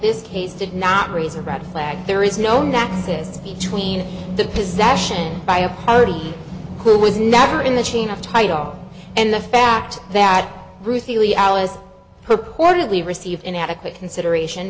this case did not raise a red flag there is no nexus between the possession by a party who was never in the chain of title and the fact that routinely alice purportedly received inadequate consideration